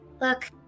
Look